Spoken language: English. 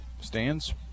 Stands